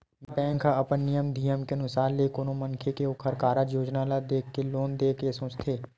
bank ह अपन नियम धियम के अनुसार ले कोनो मनखे के ओखर कारज योजना ल देख के लोन देय के सोचथे